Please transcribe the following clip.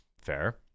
Fair